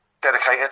Dedicated